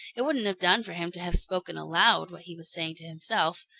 it wouldn't have done for him to have spoken aloud what he was saying to himself,